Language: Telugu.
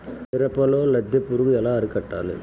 మిరపలో లద్దె పురుగు ఎలా అరికట్టాలి?